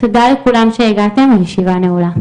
תודה לכולם שהגעתם, הישיבה נעולה.